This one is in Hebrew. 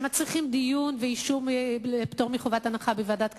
שמצריכים דיון ואישור פטור מחובת הנחה בוועדת הכנסת.